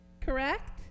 Correct